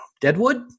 Deadwood